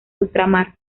ultramar